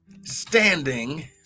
standing